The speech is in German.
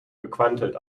gequantelt